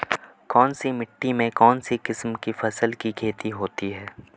कौनसी मिट्टी में कौनसी किस्म की फसल की खेती होती है?